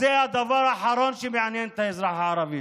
זה הדבר האחרון שמעניין את האזרח הערבי.